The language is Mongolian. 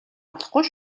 болохгүй